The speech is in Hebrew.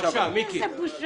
מרצ.